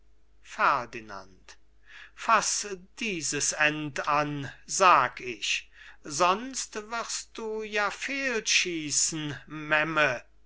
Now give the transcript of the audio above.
ferdinand faß dieses end an sag ich sonst wirst du ja fehl schießen memme